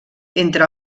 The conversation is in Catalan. entre